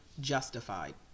justified